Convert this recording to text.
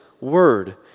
word